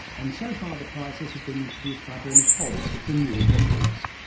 and so far the prizes have been introduced by bernie hobbs of the new inventors,